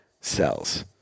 cells